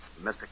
Mr